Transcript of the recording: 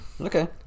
Okay